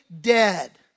dead